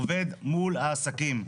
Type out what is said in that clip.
עובד מול העסקים.